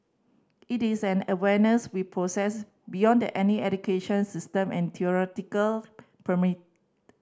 it is an awareness we process beyond any education system and theoretical